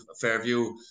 Fairview